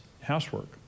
housework